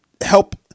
help